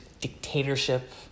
dictatorship